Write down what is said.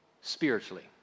spiritually